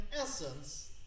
essence